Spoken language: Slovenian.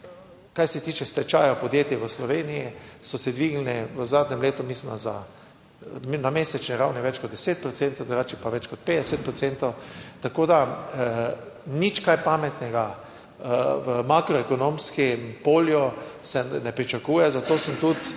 kar se tiče stečajev podjetij v Sloveniji so se dvignili v zadnjem letu mislim, da za na mesečni ravni več kot 10 procentov, drugače pa več kot 50 procentov, tako da nič kaj pametnega v makroekonomskem polju se ne pričakuje, zato sem tudi